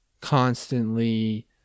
constantly